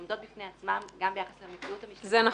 עומדות בפני עצמן גם ביחס למציאות המשתנה היום.